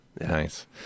Nice